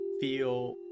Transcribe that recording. feel